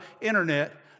Internet